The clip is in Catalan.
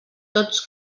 tots